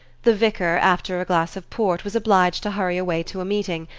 the vicar, after a glass of port, was obliged to hurry away to a meeting,